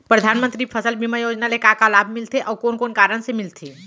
परधानमंतरी फसल बीमा योजना ले का का लाभ मिलथे अऊ कोन कोन कारण से मिलथे?